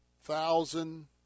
thousand